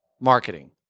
marketing